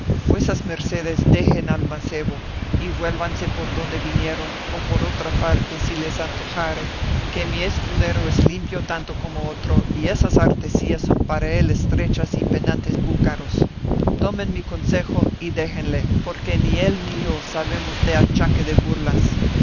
vuesas mercedes dejen al mancebo y vuélvanse por donde vinieron o por otra parte si se les antojare que mi escudero es limpio tanto como otro y esas artesillas son para él estrechas y penantes búcaros tomen mi consejo y déjenle porque ni él ni yo sabemos de achaque de burlas